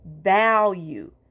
value